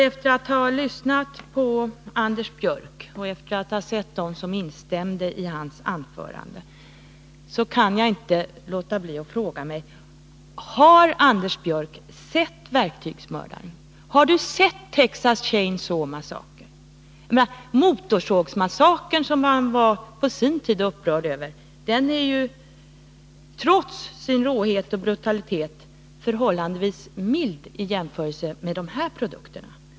Efter att ha lyssnat till Anders Björck och efter att ha sett dem som instämde i hans anförande kan jag inte låta bli att fråga mig: Har Anders Björck sett Verktygsmördaren eller Texas Chain Saw Massacre? Motorsågsmassakern, som man var upprörd över förut, är trots sin råhet och brutalitet förhållandevis mild i jämförelse med de här produkterna.